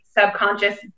subconscious